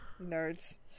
Nerds